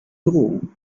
drogen